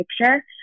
picture